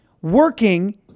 working